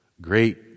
great